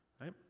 right